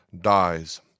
dies